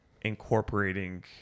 incorporating